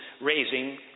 raising